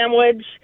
sandwich –